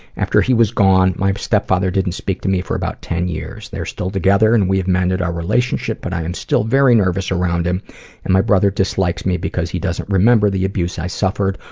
after he was gone, my stepfather didn't speak to me for about ten years. they are still together, and we have mended our relationship, but i am still very nervous around him and my brother dislikes me because he doesn't remember the abuse i suffered,